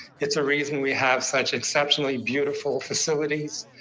it's a reason we have such exceptionally beautiful facilities,